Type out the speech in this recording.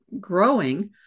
growing